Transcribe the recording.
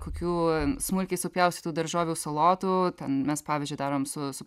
kokių smulkiai supjaustytų daržovių salotų ten mes pavyzdžiui darom su su